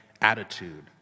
attitude